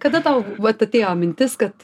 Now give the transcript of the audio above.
kada tau vat atėjo mintis kad